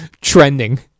trending